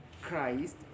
Christ